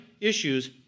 issues